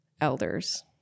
elders